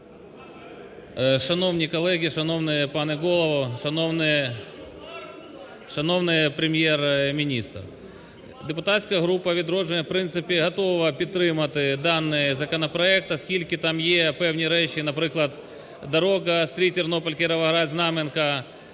Шановні колеги, шановний пане Голово, шановний Прем'єр-міністр! Депутатська група "Відродження" в принципі готова підтримати даний законопроект, оскільки там є певні речі, наприклад, дорога Стрій-Тернопіль-Кіровоград-Знам'янка,